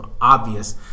obvious